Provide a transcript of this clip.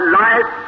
life